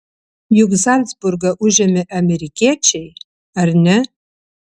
juk zalcburgą užėmė amerikiečiai ar ne